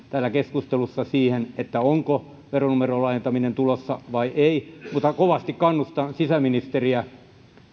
täällä keskustelussa siihen onko veronumeron laajentaminen tulossa vai ei mutta kovasti kannustan sisäministeriä